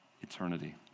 eternity